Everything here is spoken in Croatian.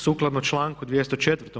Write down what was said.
Sukladno članku 204.